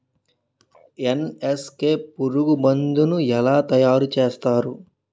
NSK పురుగు మందు ను ఎలా తయారు చేస్తారు?